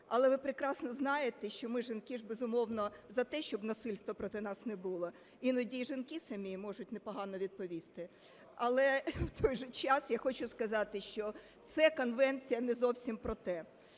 Але ви прекрасно знаєте, що ми, жінки, безумовно, за те, щоб насильства проти нас не було, іноді і жінки самі можуть непогано відповісти. Але, в той же час, я хочу сказати, що ця конвенція не зовсім про те.